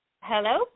Hello